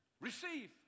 Receive